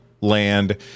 land